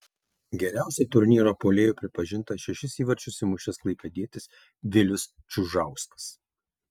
geriausiu turnyro puolėju pripažintas šešis įvarčius įmušęs klaipėdietis vilius čiužauskas